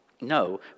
no